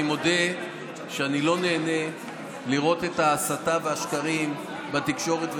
אני מודה שאני לא נהנה לראות את ההסתה והשקרים בתקשורת וברחובות.